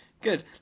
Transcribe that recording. Good